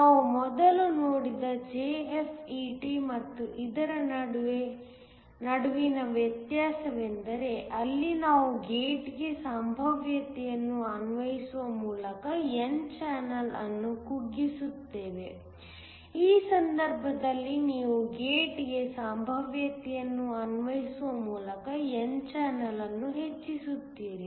ನಾವು ಮೊದಲು ನೋಡಿದ JFET ಮತ್ತು ಇದರ ನಡುವಿನ ವ್ಯತ್ಯಾಸವೆಂದರೆ ಅಲ್ಲಿ ನಾವು ಗೇಟ್ಗೆ ಸಂಭಾವ್ಯತೆಯನ್ನು ಅನ್ವಯಿಸುವ ಮೂಲಕ n ಚಾನೆಲ್ ಅನ್ನು ಕುಗ್ಗಿಸುತ್ತೇವೆ ಈ ಸಂದರ್ಭದಲ್ಲಿ ನೀವು ಗೇಟ್ಗೆ ಸಂಭಾವ್ಯತೆಯನ್ನು ಅನ್ವಯಿಸುವ ಮೂಲಕ n ಚಾನೆಲ್ ಅನ್ನು ಹೆಚ್ಚಿಸುತ್ತೀರಿ